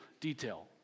detail